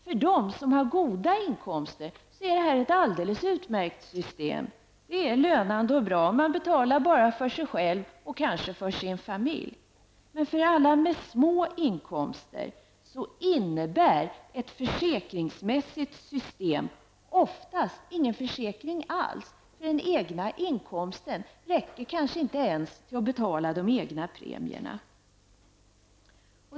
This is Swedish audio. För dem som har goda inkomster är detta ett alldeles utmärkt system. Det är lönande och bra. Man betalar bara för sig själv och kanske för sin familj. Men för alla som har små inkomster innebär ett försäkringsmässigt system oftast ingen försäkring alls, eftersom den egna inkomsten kanske inte räcker ens till att betala de egna premierna.